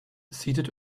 seated